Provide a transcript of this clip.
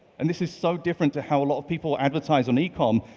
and this is so different to how a lot of people advertise on ecom,